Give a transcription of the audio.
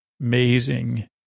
Amazing